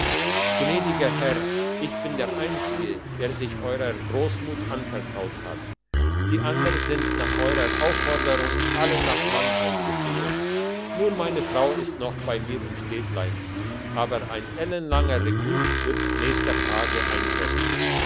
gnädiger herr ich bin der einzige der sich euerer grossmut anvertraut hat die andern sind nach euerer aufforderung alle nach mannheim geflohen nur meine frau ist noch bei mir im städtlein aber ein ellenlanger rekrut wird nächster tagen eintreffen